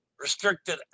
Restricted